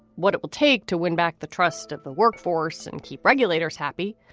what it will take to win back the trust of the workforce and keep regulators happy.